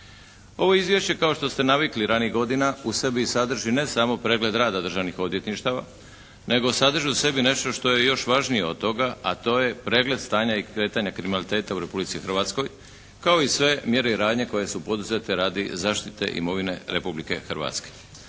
Ovo izvješće kao što ste navikli ranijih godina, u sebi sadrži ne samo pregled rada državnih odvjetništava nego sadrži u sebi nešto što je još važnije od toga, a to je pregled stanja i kretanja kriminaliteta u Republici Hrvatskoj kao i sve mjere i radnje koje su poduzete radi zaštite imovine Republike Hrvatske.